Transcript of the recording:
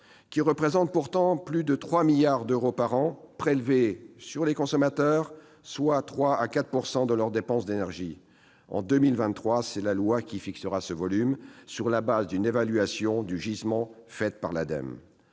qui représentent pourtant plus de 3 milliards d'euros par an prélevés sur les consommateurs, soit 3 % à 4 % de leurs dépenses d'énergie. En 2023, c'est la loi qui fixera ce volume, sur la base d'une évaluation du gisement faite par l'Ademe.